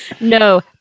No